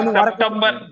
September